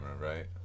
right